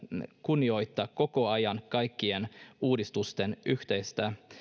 kunnioittaa koko ajan kaikkien uudistusten yhteydessä